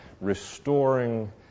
restoring